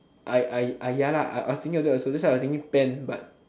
I I I ya lah I I was thinking that also that's why I was thinking pen but